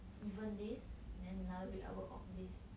even days then another week I work odd days